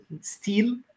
steel